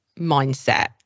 mindset